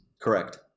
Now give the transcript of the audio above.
Correct